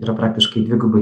yra praktiškai dvigubai